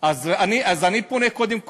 אז אני פונה קודם כול,